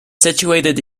situated